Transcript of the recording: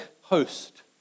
host